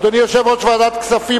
אדוני יושב-ראש ועדת הכספים,